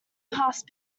passed